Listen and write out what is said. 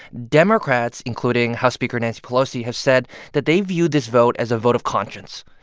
democrats, including house speaker nancy pelosi, have said that they view this vote as a vote of conscience,